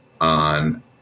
on